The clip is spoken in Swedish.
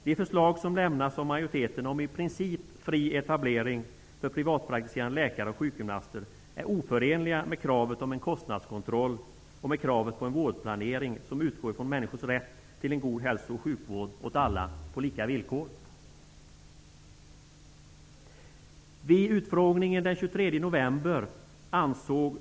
De förslag som lämnas av majoriteten om i princip fri etablering för privatpraktiserande läkare och sjukgymnaster är oförenliga med kravet om kostnadskontroll och med kravet på en vårdplanering som utgår från människors rätt till en god hälso och sjukvård åt alla på lika villkor.